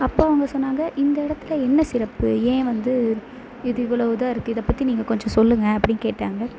அப்போ அவங்கள் சொன்னாங்க இந்த இடத்துல என்ன சிறப்பு ஏன் வந்து இது இவ்வளோ இதாக இருக்கு இதை பற்றி நீங்கள் கொஞ்சம் சொல்லுங்கள் அப்படின்னு கேட்டாங்க